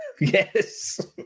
Yes